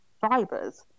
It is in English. fibers